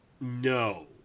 No